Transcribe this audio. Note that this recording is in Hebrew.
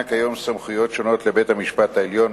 כיום סמכויות שונות לבית-המשפט העליון,